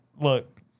look